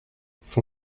son